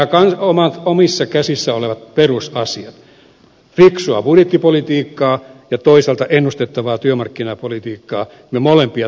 eli näitä omissa käsissä olevia perusasioita fiksua budjettipolitiikkaa ja toisaalta ennustettavaa työmarkkinapolitiikkaa me molempia tarvitsemme